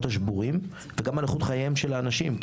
השבורים וגם על איכות חייהם של האנשים.